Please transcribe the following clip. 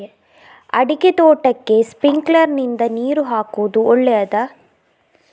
ಅಡಿಕೆ ತೋಟಕ್ಕೆ ಸ್ಪ್ರಿಂಕ್ಲರ್ ನಿಂದ ನೀರು ಹಾಕುವುದು ಒಳ್ಳೆಯದ?